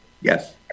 yes